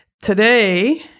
Today